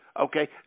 okay